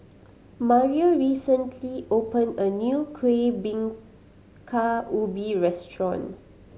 Mario recently opened a new Kueh Bingka Ubi restaurant